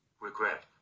Regret